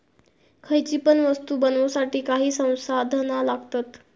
खयची पण वस्तु बनवुसाठी काही संसाधना लागतत